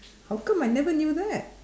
how come I never knew that